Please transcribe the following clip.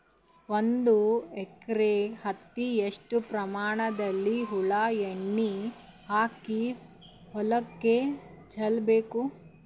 ಒಂದು ಎಕರೆ ಹತ್ತಿ ಎಷ್ಟು ಪ್ರಮಾಣದಲ್ಲಿ ಹುಳ ಎಣ್ಣೆ ಹಾಕಿ ಹೊಲಕ್ಕೆ ಚಲಬೇಕು?